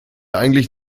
eigentlich